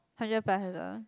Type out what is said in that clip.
hundred plus also